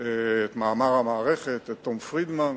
מאמר המערכת, את תום פרידמן,